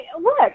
Look